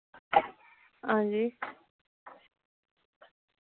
हां जी